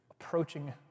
approaching